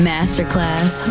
Masterclass